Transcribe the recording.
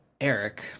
Eric